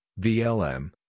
VLM